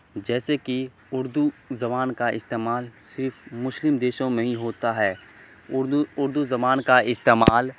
جیسے کہ اردو زبان کا استعمال صرف مسلم دیشوں میں ہی ہوتا ہے اردو اردو زبان کا استعمال